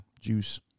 juice